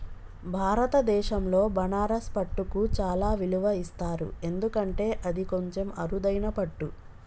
భారతదేశంలో బనారస్ పట్టుకు చాలా విలువ ఇస్తారు ఎందుకంటే అది కొంచెం అరుదైన పట్టు